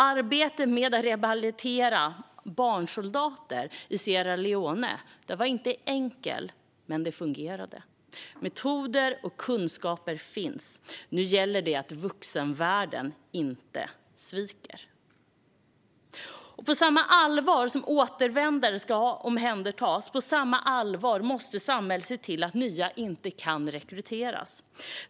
Arbetet med att rehabilitera barnsoldater i Sierra Leone var inte enkelt, men det fungerade. Metoder och kunskaper finns. Nu gäller det att vuxenvärlden inte sviker. Samhället måste ta arbetet med att förhindra nyrekrytering på samma allvar som arbetet med att omhänderta återvändare.